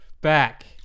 Back